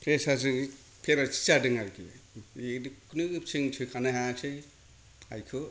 pressure जों paralysis जादों आरो दा बेखौनो जों सोखानो हायासै आइखौ